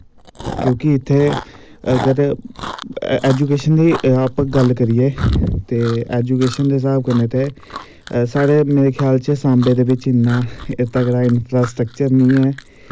क्योंकि इत्थें अगर ऐजुकेशन दी आपां गल्ल करिये ते ऐजुकेशन दे हिसाब कन्ने ते साढ़े मेरे ख्याल च सांबे दे बिच्च इन्ना तगड़ा इंफ्रास्टैक्चर नी ऐ